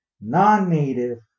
non-native